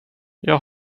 jag